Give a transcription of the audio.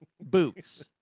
boots